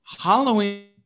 Halloween